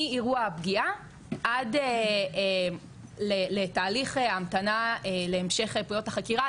מאירוע הפגיעה עד לתהליך המתנה להמשך עדויות החקירה,